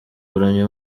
kuramya